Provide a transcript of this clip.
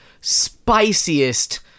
spiciest